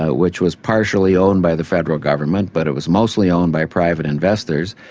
ah which was partially owned by the federal government but it was mostly owned by private investors,